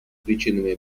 причинами